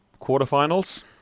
quarterfinals